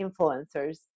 influencers